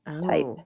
type